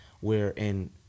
wherein